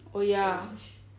oh ya